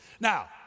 Now